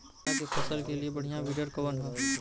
चना के फसल के लिए बढ़ियां विडर कवन ह?